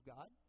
God